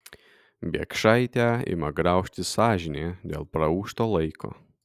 biekšaitę ima graužti sąžinė dėl praūžto laiko